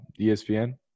ESPN